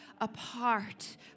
apart